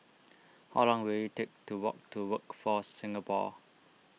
how long will it take to walk to Workforce Singapore